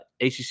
ACC